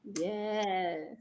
Yes